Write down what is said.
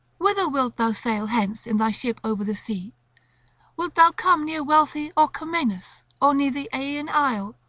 whither wilt thou sail hence in thy ship over the sea wilt thou come near wealthy orchomenus, or near the aeaean isle?